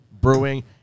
Brewing